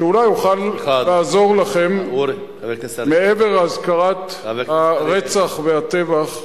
שאוכל אולי לעזור לכם מעבר להזכרת הרצח והטבח,